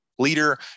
leader